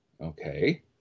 Okay